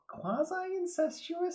Quasi-incestuous